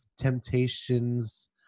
temptations